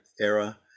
era